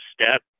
step